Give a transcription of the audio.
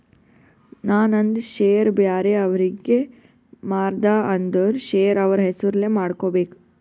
ನಾ ನಂದ್ ಶೇರ್ ಬ್ಯಾರೆ ಅವ್ರಿಗೆ ಮಾರ್ದ ಅಂದುರ್ ಶೇರ್ ಅವ್ರ ಹೆಸುರ್ಲೆ ಮಾಡ್ಕೋಬೇಕ್